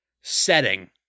Setting